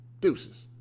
Deuces